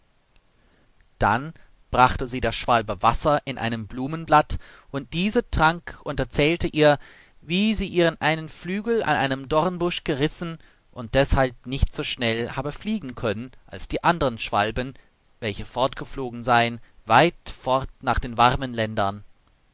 dann brachte sie der schwalbe wasser in einem blumenblatt und diese trank und erzählte ihr wie sie ihren einen flügel an einem dornbusch gerissen und deshalb nicht so schnell habe fliegen können als die andern schwalben welche fortgeflogen seien weit fort nach den warmen ländern